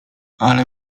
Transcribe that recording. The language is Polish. ale